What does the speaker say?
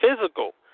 physical